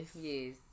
yes